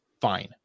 fine